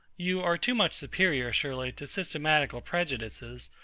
you are too much superior, surely, to systematical prejudices,